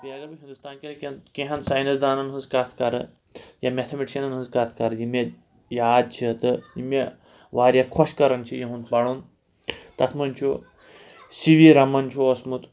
بیٚیہِ اگر بہٕ ہِندُستانکٮ۪ن کٮ۪ن کینٛہہ ہن ساینس دانن ہٕنٛز کتھ کرٕ یا میتھَمیٹِشَنَن ہٕنٛز کتھ کرٕ یِم مےٚ یاد چھِ تہٕ یِم مےٚ واریاہ خۄش کَران چھِ یہُنٛد پرُن تَتھ منٛز چھُ سی وی رمن چھُ اوسمُت